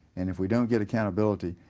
and if we don't get accountability,